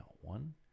one